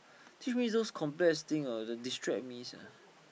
teach me those complex things ah to distract me sia